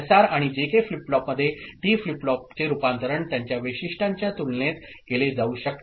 SR आणि JK flip फ्लॉपमध्ये D flip फ्लॉपचे रूपांतरण त्यांच्या वैशिष्ट्यांच्या तुलनेत केले जाऊ शकते